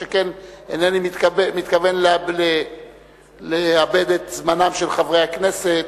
שכן אינני מתכוון לאבד את זמנם של חברי הכנסת